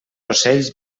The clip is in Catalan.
ocells